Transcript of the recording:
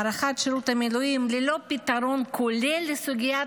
הארכת שירות המילואים ללא פתרון כולל לסוגיית